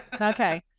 Okay